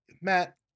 Matt